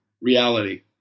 reality